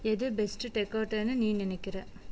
எது பெஸ்ட்டு டெகாடேன்னு நீ நினைக்குற